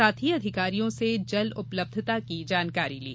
साथ ही अधिकारियों से जल उपलब्धता की जानकारी ली